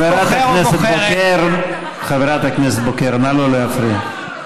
חברת הכנסת בוקר, חברת הכנסת בוקר, נא לא להפריע.